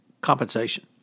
compensation